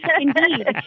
indeed